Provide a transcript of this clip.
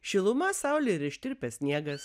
šiluma saulė ir ištirpęs sniegas